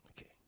okay